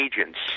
agents